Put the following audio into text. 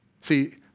See